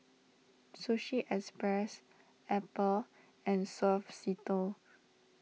Sushi Express Apple and Suavecito